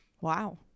wow